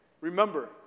remember